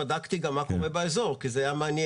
בדקתי גם מה קורה באזור כי זה היה מעניין.